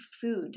food